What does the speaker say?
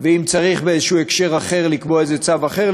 ואם צריך באיזה הקשר אחר לקבוע איזה צו אחר,